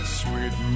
sweet